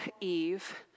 Eve